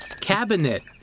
Cabinet